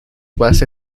base